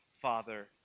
Father